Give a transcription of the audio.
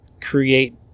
create